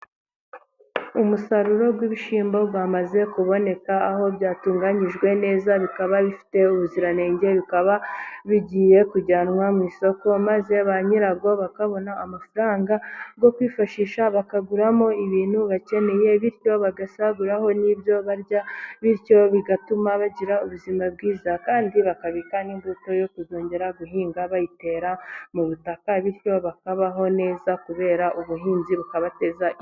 Umusaruro w'ibishyimbo wamaze kuboneka, aho byatunganyijwe neza bikaba bifite ubuziranenge, bikaba bigiye kujyanwa mu isoko maze ba nyirawo bakabona amafaranga yo kwifashisha bakaguramo ibintu bakeneye, bityo bagasaguraho n'ibyo barya, bityo bigatuma bagira ubuzima bwiza kandi bakabika n'imbuto yo kuzongera guhinga bayitera mu butaka, bityo bakabaho neza kubera ubuhinzi bukabateza imbere.